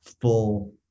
full